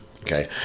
Okay